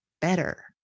better